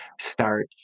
start